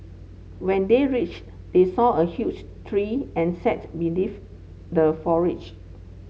when they reached they saw a huge tree and sat beneath the foliage